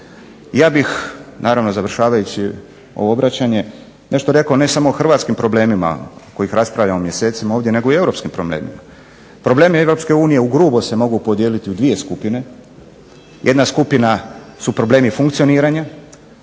Ja bih, naravno završavajući ovo obraćanje, nešto rekao ne samo o hrvatskim problemima koje raspravljamo mjesecima ovdje, nego i europskim problemima. Problemi Europske unije ugrubo se mogu podijeliti u dvije skupine. Jedna skupina su problemi funkcioniranja